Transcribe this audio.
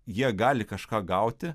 jie gali kažką gauti